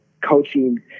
coaching